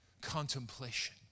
contemplation